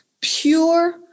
pure